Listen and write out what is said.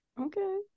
okay